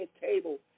table